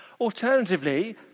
Alternatively